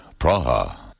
Praha